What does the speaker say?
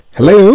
Hello